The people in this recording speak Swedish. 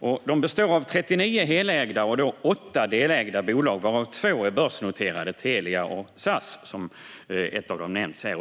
De statliga företagen består av 39 helägda och åtta delägda bolag varav två är börsnoterade: Telia och SAS. Ett av dem har nämnts här.